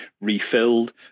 refilled